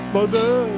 Mother